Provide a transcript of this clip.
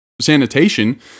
sanitation